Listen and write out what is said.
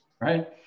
right